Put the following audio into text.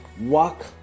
Walk